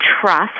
trust